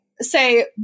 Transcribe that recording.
say